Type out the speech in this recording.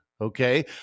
Okay